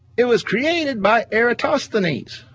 it was created by eratosthenes,